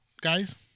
guys